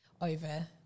over